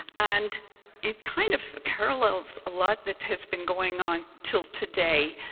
and it kind of parallels a lot that has been going on till today.